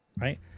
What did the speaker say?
Right